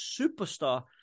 superstar